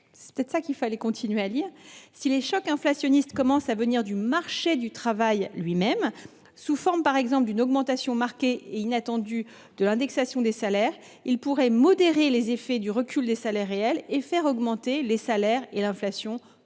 » Il aurait fallu poursuivre :« En revanche, si les chocs inflationnistes commencent à venir du marché du travail lui même, sous forme par exemple d’une augmentation marquée et inattendue de l’indexation des salaires, ils pourraient modérer les effets du recul des salaires réels, et faire augmenter les salaires et l’inflation